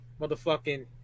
motherfucking